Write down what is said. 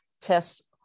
tests